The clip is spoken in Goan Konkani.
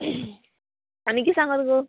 आनी कितें सांगोता गो